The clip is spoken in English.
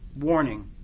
warning